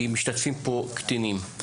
כי משתתפים פה קטינים.